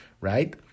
Right